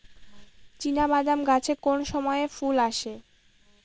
চিনাবাদাম গাছে কোন সময়ে ফুল আসে?